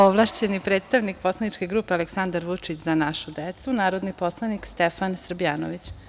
Ovlašćeni predstavnik poslaničke grupe Aleksandar Vučić – Za našu decu, narodni poslanik Stefan Srbljanović.